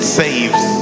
saves